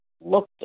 looked